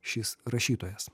šis rašytojas